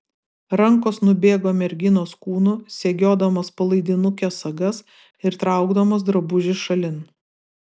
rankos nubėgo merginos kūnu segiodamos palaidinukės sagas ir traukdamos drabužį šalin